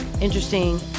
interesting